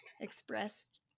expressed